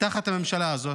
תחת הממשלה הזאת?